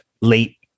late